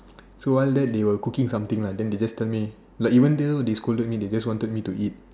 so while that they were cooking something lah then they just tell me like even though they scolded me they just wanted me to eat